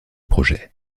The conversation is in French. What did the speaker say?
projet